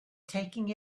taking